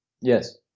Yes